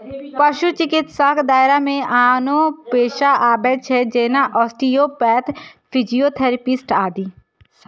पशु चिकित्साक दायरा मे आनो पेशा आबै छै, जेना आस्टियोपैथ, फिजियोथेरेपिस्ट आदि